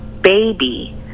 baby